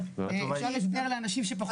2.45%. אפשר לתת הסבר לאנשים שפחות מבינים?